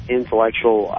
intellectual